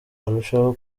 urushaho